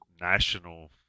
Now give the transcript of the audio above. national